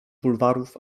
bulwarów